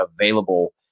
available